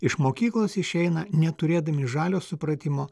iš mokyklos išeina neturėdami žalio supratimo